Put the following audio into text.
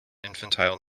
infantile